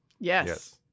Yes